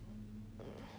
mm